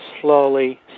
slowly